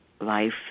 life